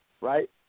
right